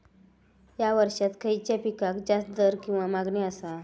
हया वर्सात खइच्या पिकाक जास्त दर किंवा मागणी आसा?